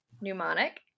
Pneumonic